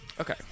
Okay